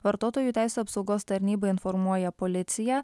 vartotojų teisių apsaugos tarnyba informuoja policiją